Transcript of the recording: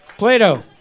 Plato